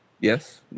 Yes